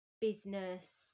business